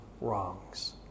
wrongs